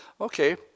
Okay